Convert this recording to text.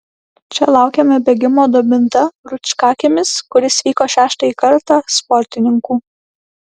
čia laukėme bėgimo dabinta rūčkakiemis kuris vyko šeštąjį kartą sportininkų